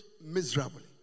miserably